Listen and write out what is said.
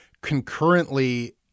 concurrently